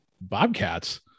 Bobcats –